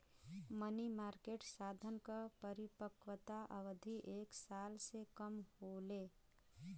मनी market साधन क परिपक्वता अवधि एक साल से कम होले